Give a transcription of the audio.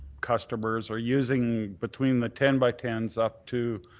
customers are using between the ten by ten up to